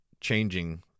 changing